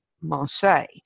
Marseille